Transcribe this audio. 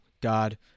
God